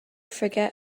forget